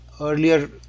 earlier